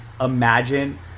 imagine